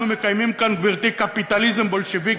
אנחנו מקיימים כאן, גברתי, קפיטליזם בולשביקי,